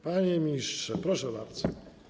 Panie ministrze, proszę bardzo.